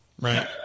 Right